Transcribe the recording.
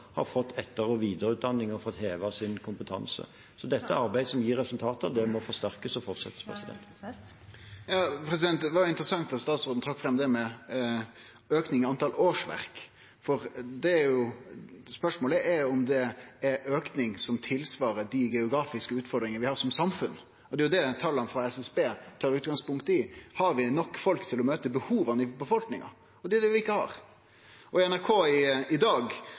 har fått etter- og videreutdanning og fått hevet sin kompetanse. Så dette er arbeid som gir resultater, og det må forsterkes og fortsettes med. Det åpnes for oppfølgingsspørsmål – først Torgeir Knag Fylkesnes. Det var interessant at statsråden trekte fram det med auke i antal årsverk, for spørsmålet er om det er ein auke som svarar til dei geografiske utfordringane vi har som samfunn. Det er jo det tala frå SSB tek utgangspunkt i. Har vi nok folk til å møte behova i befolkninga? Det er det vi ikkje har. NRK har ei sak i dag